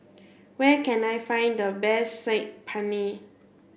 where can I find the best Saag Paneer